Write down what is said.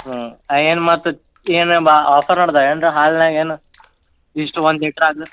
ಹ್ಞೂ ಹಾಂ ಏನು ಮತ್ತೆ ಏನು ಆಫರ್ ನಡ್ದಾವೇನಾರಾ ಹಾಲ್ನಾಗೆ ಇಷ್ಟು ಒಂದು ಲೀಟ್ರ್ ಹಾಲು